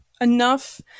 enough